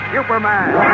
Superman